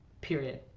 period